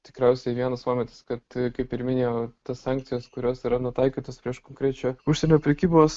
tikriausiai vienas momentas kad kaip ir minėjau tas sankcijas kurios yra nutaikytos prieš konkrečią užsienio prekybos